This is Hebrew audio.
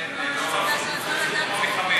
אבל למה יותר מ-5?